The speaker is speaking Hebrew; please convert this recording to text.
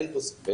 אין פה ספק